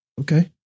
Okay